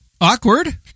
awkward